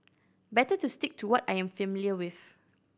better to stick to what I am familiar with